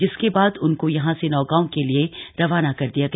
जिसके बाद उनको यहां से नौगांव के लिए रवाना कर दिया गया